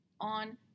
on